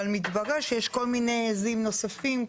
אבל מתברר שיש כל מיני עזים נוספות,